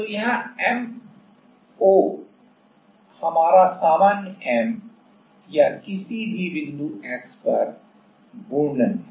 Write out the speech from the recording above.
तो यहाँ M0 हमारा सामान्य M या किसी भी बिंदु x पर घूर्णन है